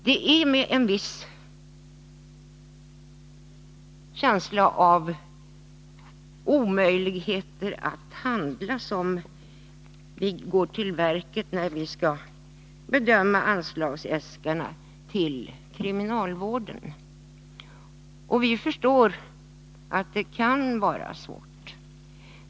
Det är med en viss känsla av att det är omöjligt att handla som vi går till verket när vi skall bedöma anslagsäskandena till kriminalvården. Vi förstår att det kan vara svårt.